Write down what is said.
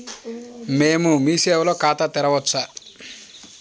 మేము మీ సేవలో ఖాతా తెరవవచ్చా?